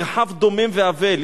מרחב דומם ואבל,